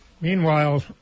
Meanwhile